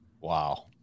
Wow